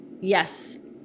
yes